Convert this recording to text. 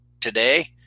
today